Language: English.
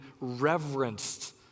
reverenced